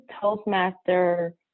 Toastmaster